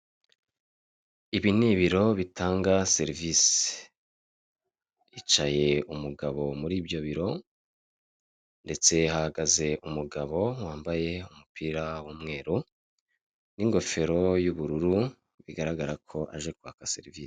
Ibi ni ibiro bitanga serivisi hicaye umugabo muri ibyo biro ndetse hahagaze umugabo wambaye umupira w'umweru n'ingofero y'ubururu bigaragara ko aje kwaka serivisi.